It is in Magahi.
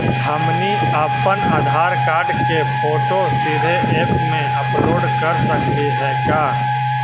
हमनी अप्पन आधार कार्ड के फोटो सीधे ऐप में अपलोड कर सकली हे का?